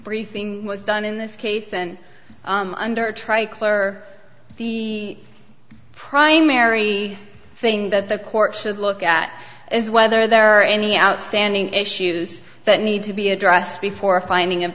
briefing was done in this case and under try cler the primary thing that the court should look at is whether there are any outstanding issues that need to be addressed before a finding of